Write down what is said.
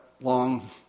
long